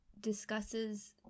discusses